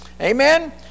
Amen